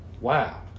Wow